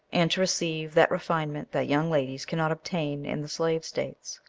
and to receive that refinement that young ladies cannot obtain in the slave states.